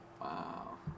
wow